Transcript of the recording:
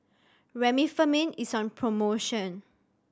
Remifemin is on promotion